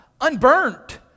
unburnt